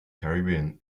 caribbean